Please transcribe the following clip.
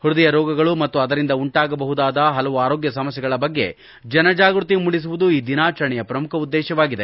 ಪೃದಯ ರೋಗಗಳು ಮತ್ತು ಅದರಿಂದ ಉಂಟಾಗಬಹುದಾದ ಪಲವು ಆರೋಗ್ಯ ಸಮಸ್ಥೆಗಳ ಬಗ್ಗೆ ಜನಜಾಗೃತಿ ಮೂಡಿಸುವುದು ಈ ದಿನಾಚರಣೆಯ ಪ್ರಮುಖ ಉದ್ದೇಶವಾಗಿದೆ